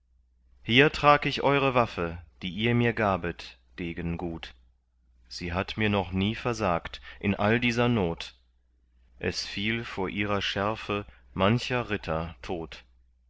hier trag ich eure waffe die ihr mir gabet degen gut sie hat mir noch nie versagt in all dieser not es fiel vor ihrer schärfe mancher ritter tot